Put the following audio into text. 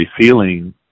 feeling